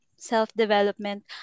self-development